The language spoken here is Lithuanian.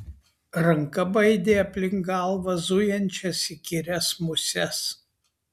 ranka baidė aplink galvą zujančias įkyrias muses